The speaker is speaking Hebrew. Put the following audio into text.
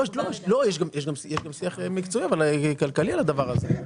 לא, אבל יש גם שיח מקצועי כלכלי לדבר הזה.